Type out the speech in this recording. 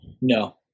No